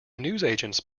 newsagent’s